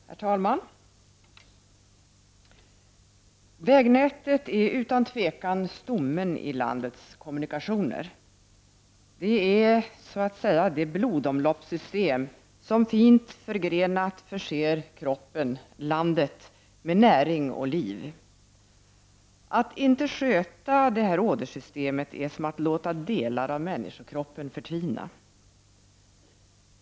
Herr talman! Vägnätet är utan tvivel stommen i landets kommunikationer. Det är så att säga det blodomloppssystem som fint förgrenat förser kroppen/landet med näring och liv. Att inte sköta detta ådersystem är som att låta delar av människokroppen förtvina.